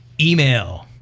Email